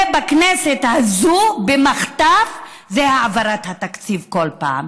בכנסת הזאת במחטף זה העברת התקציב כל פעם.